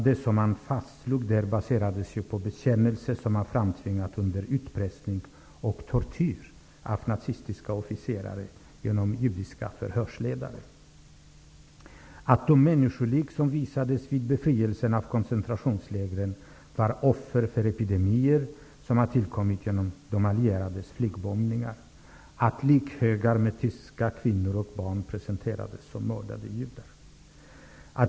Det som fastslogs vid rättegången baserades på bekännelser som framtvingats av nazistiska officerare under utpressning och tortyr från judiska förhörsledare. De människolik som framvisades vid befrielsen av koncentrationslägren var offer för epidemier som hade tillkommit genom de allierades flygbombningar. Likhögar med tyska kvinnor och barn presenterades som mördade judar.